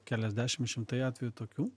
keliasdešim šimtai atvejų tokių